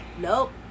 Nope